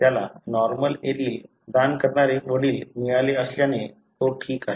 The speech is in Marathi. त्याला नॉर्मल एलील दान करणारे वडील मिळाले असल्याने तो ठीक आहे